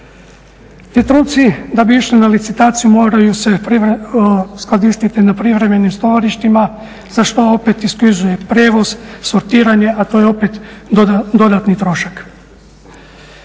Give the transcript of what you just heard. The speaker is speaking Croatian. Ti trupci da bi išli na licitaciju moraju se skladištiti na privremenim skladištima za što opet iziskuje prijevoz, sortiranje a to je opet dodatni trošak.